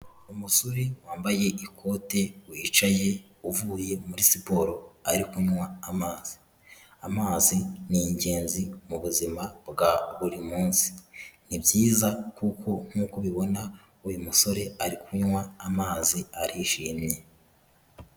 Umusore wambaye ikote wicaye uvuye muri siporo ari kunywa amazi, amazi ni ingenzi mu buzima bwa buri munsi, ni byiza kuko nkuko ubibona uyu musore ari kunywa amazi arishimye.